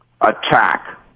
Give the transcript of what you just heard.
Attack